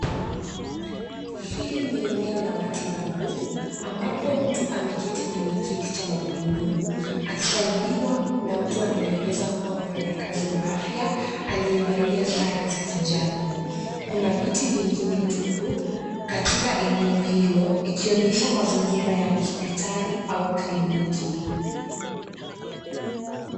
Hili ni eneo la matibabu ambapo mtu ameketi kwenye kiti cha magurudumu akisaidiwa na mtu anayeweza kuwa mfanyikazi wa afya aliyevalia sare za kijani. Kuna viti vingine tupu katika eneo hilo ikionyesha mazingira ya hospitali au kliniki.